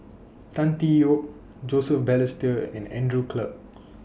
Tan Tee Yoke Joseph Balestier and Andrew Clarke